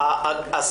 אם אני מבין נכון,